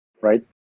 Right